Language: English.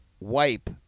wipe